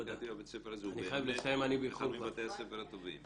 לפי דעתי בית הספר הזה הוא באמת אחד מבתי הספר הטובים.